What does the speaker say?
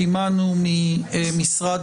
אנחנו עדיין צריכים לשמוע התייחסות גם של הסנגוריה